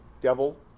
devil